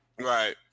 Right